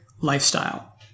lifestyle